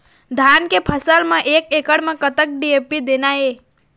धान के फसल म एक एकड़ म कतक डी.ए.पी देना ये?